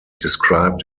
described